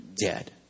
dead